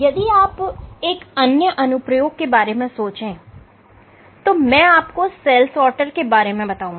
यदि आप एक अन्य अनुप्रयोग के बारे में सोचें तो मैं आपको सेल सॉर्टर के बारे में बताऊंगा